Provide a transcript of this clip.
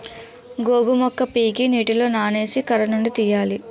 గోగు మొక్క పీకి నీటిలో నానేసి కర్రనుండి తీయాలి